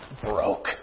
broke